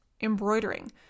embroidering